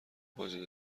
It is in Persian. واجد